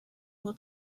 will